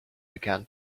began